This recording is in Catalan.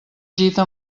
gita